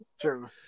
true